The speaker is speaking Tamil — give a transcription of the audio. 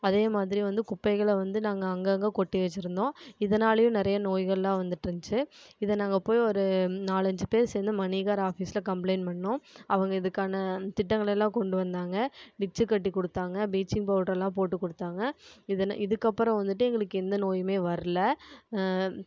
அதே மாதிரி வந்து குப்பைகளை வந்து நாங்கள் அங்கங்கே கொட்டி வெச்சிருந்தோம் இதனாலேயும் நிறைய நோய்கள்லாம் வந்துட்டிருந்துச்சு இதை நாங்கள் போய் ஒரு நாலஞ்சு பேர் சேர்ந்து ஆஃபிஸில் கம்பளைண்ட் பண்ணோம் அவங்க இதுக்கான திட்டங்கள் எல்லாம் கொண்டு வந்தாங்க டிட்ச் கட்டி கொடுத்தாங்க ப்ளீச்சிங் பவுடர்லாம் போட்டு கொடுத்தாங்க இதில் இதுக்கப்பறம் வந்துவிட்டு எங்களுக்கு எந்த நோயுமே வரல